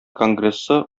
конгрессы